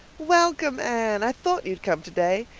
welcome, anne. i thought you'd come today.